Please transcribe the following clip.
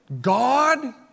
God